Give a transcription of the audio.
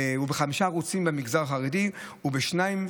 בחמישה ערוצים במגזר החרדים ובשניים,